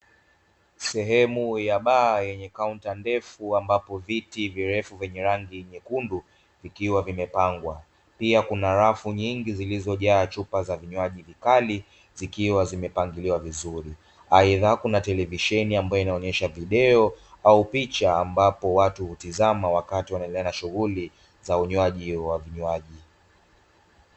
Sehemu ya baa yenye kaunta ndefu ambapo viti virefu vyenye rangi nyekundu ikiwa vimepangwa. Pia kuna rafu nyingi zilizojaza chupa za vinywaji vikali zikiwa zimepangiliwa vizuri. Aidha kuna televisheni ambayo inaonyesha video au picha ambapo watu hutizama wakati wanaendelea na shughuli za unywaji wa vinywaji.